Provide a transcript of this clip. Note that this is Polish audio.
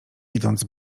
idąc